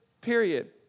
period